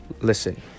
Listen